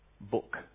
book